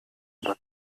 aber